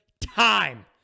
time